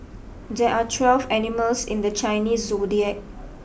there are twelve animals in the Chinese zodiac